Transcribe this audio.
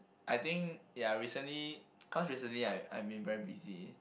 I think ya recently cause recently I I've been very busy